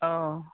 औ